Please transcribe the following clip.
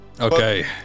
Okay